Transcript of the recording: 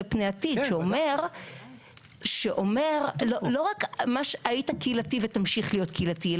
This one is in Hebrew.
פנה עתיד שאומר לא רק היית קהילתי ותמשיך להיות קהילתי.